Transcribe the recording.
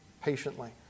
patiently